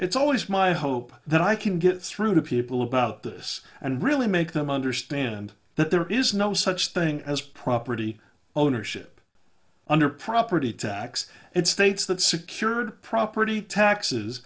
it's always my hope that i can get through to people about this and really make them understand that there is no such thing as property ownership under property tax and states that secured property taxes